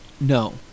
no